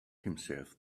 himself